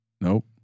Nope